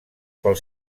pel